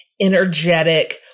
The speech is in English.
energetic